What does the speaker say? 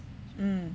mm